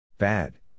Bad